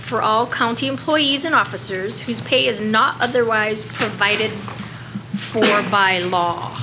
for all county employees and officers whose pay is not otherwise provided for by law